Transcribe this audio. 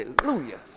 Hallelujah